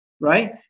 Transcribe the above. right